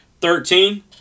Thirteen